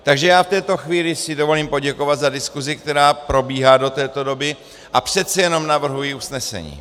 Takže já v této chvíli si dovolím poděkovat za diskusi, která probíhá do této doby, a přece jenom navrhuji usnesení.